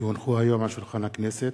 כי הונחו היום על שולחן הכנסת,